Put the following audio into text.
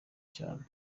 cyane